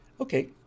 okay